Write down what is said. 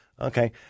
Okay